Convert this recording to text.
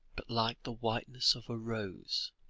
but like the whiteness of a rose,